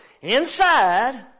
inside